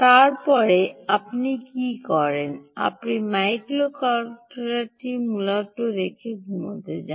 তারপরে আপনি কি করেন আপনি মাইক্রোকন্ট্রোলারটি মূলত রেখে ঘুমাতে যান